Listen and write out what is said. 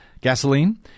Gasoline